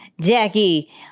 Jackie